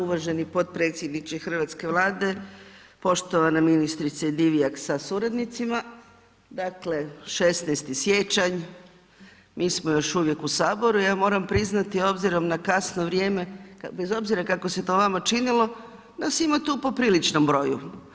Uvaženi potpredsjedniče Hrvatske vlade, poštovana ministrice Divjak sa suradnicima, dakle 16. siječanj mi smo još uvijek u saboru, ja moram priznati obzirom na kasno vrijeme, bez obzira kako se to vama činilo, nas ima tu po priličnom broju.